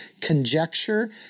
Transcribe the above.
conjecture